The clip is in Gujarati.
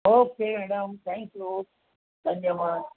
ઓકે મેડમ થેન્ક્યુ ધન્યવાદ